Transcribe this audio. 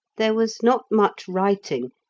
there was not much writing,